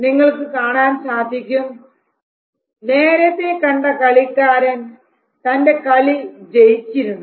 നിങ്ങൾക്ക് കാണാൻ സാധിക്കും നേരത്തെ കണ്ട കളിക്കാരൻ തൻറെ കളി ജയിച്ചിരുന്നു